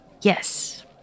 Yes